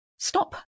Stop